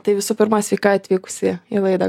tai visų pirma sveika atvykusi į laidą